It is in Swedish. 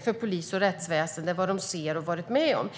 för polis och rättsväsende vad de sett och varit med om.